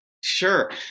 Sure